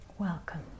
Welcome